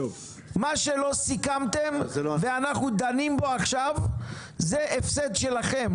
מה שלא סיכמתם ואנחנו דנים בו עכשיו זה הפסד שלכם,